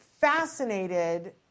fascinated